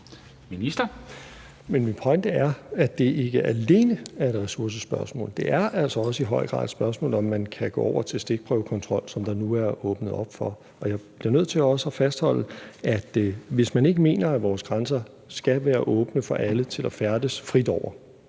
min pointe er, at det ikke alene er et ressourcespørgsmål; det er altså i høj grad også et spørgsmål, om man kan gå over til stikprøvekontrol, som der nu er åbnet op for. Og jeg bliver nødt til også at fastholde, at hvis man ikke mener, at vores grænser skal være åbne for alle til at færdes frit over